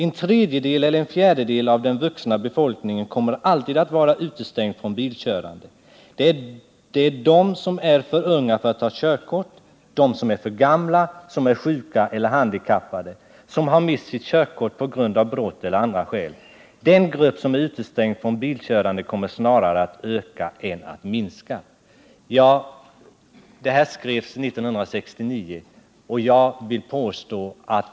En tredjedel eller en fjärdedel av den vuxna befolkningen kommer alltid att vara utestängd från bilkörandet. Det är de som är för unga för att ta körkort, de som är för gamla, som är sjuka eller handikappade, som har mist sitt körkort på grund av brott eller andra skäl. Den grupp som är utestängd från bilkörandet kommer snarare att öka än att minska. Detta skrevs 1969.